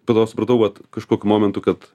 po to supratau kad kažkokiu momentu kad